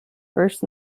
first